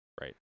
Right